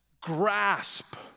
grasp